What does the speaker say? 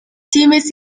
тиймээс